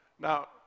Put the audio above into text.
Now